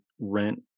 rent